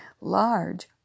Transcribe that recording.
large